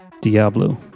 Diablo